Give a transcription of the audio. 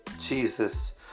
Jesus